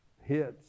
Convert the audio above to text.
hits